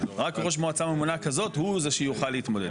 רק ראש מועצה ממונה כזאת הוא זה שיוכל להתמודד.